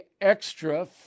extra